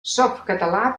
softcatalà